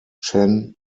chen